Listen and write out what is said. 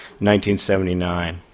1979